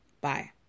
Bye